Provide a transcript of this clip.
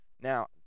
Now